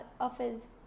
offers